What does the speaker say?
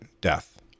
death